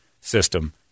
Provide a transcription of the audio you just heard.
system